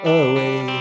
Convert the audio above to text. away